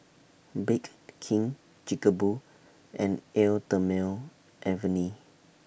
Bake King Chic Boo and Eau Thermale Avene